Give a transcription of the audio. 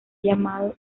llamado